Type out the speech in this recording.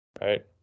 right